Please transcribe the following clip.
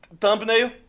thumbnail